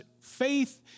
faith